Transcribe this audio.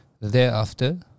thereafter